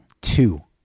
Two